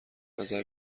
نظر